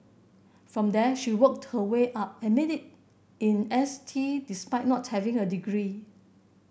from there she worked her way up and made it in S T despite not having a degree